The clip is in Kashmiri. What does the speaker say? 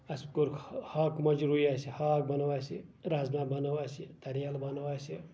اَسہِ کوٚر ہاکھ مۄنجہِ رُو اَسہِ ہاکھ بَنو اَسہِ رازما بَنٲو اَسہِ کَریلہٕ بَنٲو اَسہِ